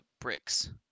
bricks